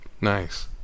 nice